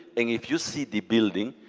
and if you see the building,